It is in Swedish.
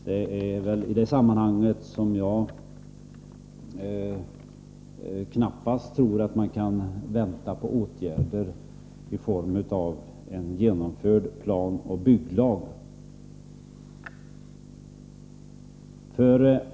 Det är därför som jag knappast tror att vi kan invänta planoch bygglagen.